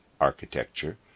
architecture